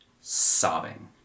sobbing